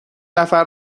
نفر